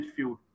midfield